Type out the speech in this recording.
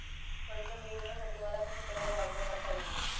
कर्ज मिळविण्यासाठी मला कशाप्रकारे अर्ज करता येईल?